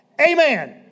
Amen